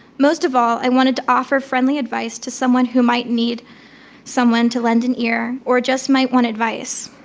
most of all i wanted to offer friendly advice to someone who might need someone to lend an ear or just might want advice.